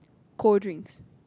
cold drinks